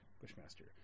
Bushmaster